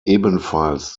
ebenfalls